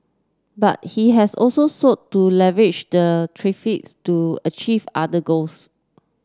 but he has also sought to leverage the tariffs to achieve other goals